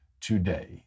today